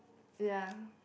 ya